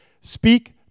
speak